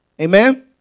Amen